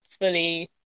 fully